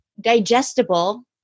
digestible